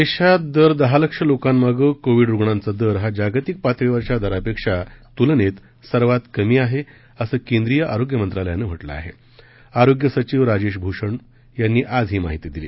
दधीत दर दहालक्ष लोकांमाग कोविड रुग्णांचा दर हा जागतिक पातळीवरच्या दरापधी तुलनक्तसर्वात कमी आहा असं केंद्रिय आरोग्य मंत्रालयान म्हटलं आह आरोग्य सचिव राजधाभूषण यांनी आज ही माहिती दिली